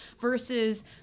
versus